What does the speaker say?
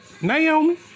Naomi